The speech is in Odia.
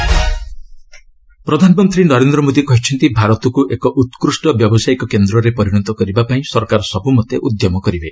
ପିଏମ୍ ଇକୋନୋମି ପ୍ରଧାନମନ୍ତ୍ରୀ ନରେନ୍ଦ୍ର ମୋଦି କହିଛନ୍ତି ଭାରତକୁ ଏକ ଉକ୍ଷ୍ଟ ବ୍ୟବସାୟିକ କେନ୍ଦ୍ରରେ ପରିଣତ କରିବା ପାଇଁ ସରକାର ସବୁମତେ ଉଦ୍ୟମ କରିବେ